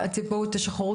כלומר,